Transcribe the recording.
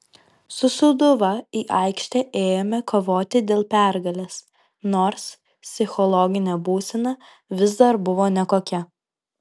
su sūduva į aikštę ėjome kovoti dėl pergalės nors psichologinė būsena vis dar buvo nekokia